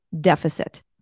deficit